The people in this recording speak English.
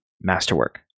masterwork